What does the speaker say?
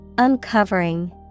Uncovering